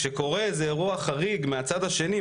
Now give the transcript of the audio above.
כשקורה איזה אירוע חריג מהצד השני,